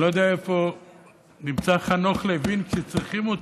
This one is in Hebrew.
אני לא יודע איפה נמצא חנוך לוין כשצריכים אותו.